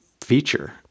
feature